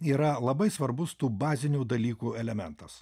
yra labai svarbus tų bazinių dalykų elementas